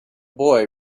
boy